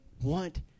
want